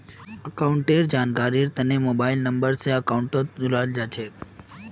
अकाउंटेर जानकारीर तने मोबाइल नम्बर स अकाउंटक जोडाल जा छेक